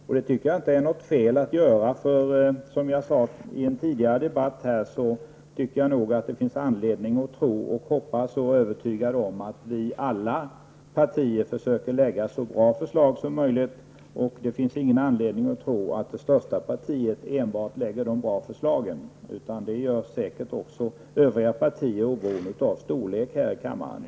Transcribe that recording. Jag tycker inte att det är något fel i att göra det -- som jag sade i en tidigare debatt tycker jag att det finns anledning att tro, hoppas och vara övertygad om att vi i alla partier försöker lägga fram så bra förslag som möjligt, och det finns ingen anledning att tro att enbart det största partiet lägger fram bra förslag -- det gör säkert också övriga partier här i kammaren, oberoende av storlek.